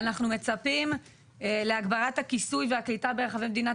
ואנחנו מצפים להגברת הכיסוי והקליטה ברחבי מדינת